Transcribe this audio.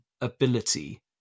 ability